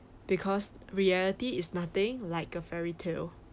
because reality is nothing like a fairy tale